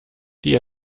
die